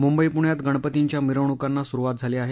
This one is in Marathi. मुंबई पुण्यात गणपतींच्या मिरवणूकांना सुरुवात झाली आहे